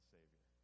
Savior